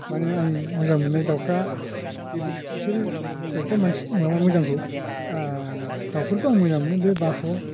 माने आं मोजां मोननाय दावफ्रा बेबो बिसोरो माबा मोजांखौ दावफोरखौ आं मोजां मोनो बे बाथ'